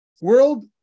World